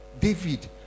David